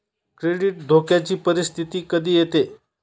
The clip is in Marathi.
क्रेडिट धोक्याची परिस्थिती कधी येते